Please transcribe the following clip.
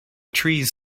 trees